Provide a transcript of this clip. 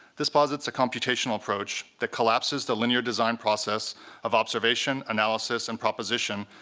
this posits a computational approach that collapses the linear design process of observation, analysis, and proposition,